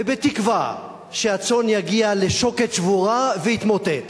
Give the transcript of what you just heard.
ובתקווה שהצאן יגיע לשוקת שבורה ויתמוטט.